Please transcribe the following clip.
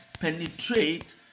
penetrate